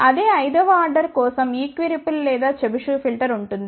అదే 5 వ ఆర్డర్ కోసం ఈక్విరిపుల్ లేదా చెబిషెవ్ ఫిల్టర్ ఉంటుంది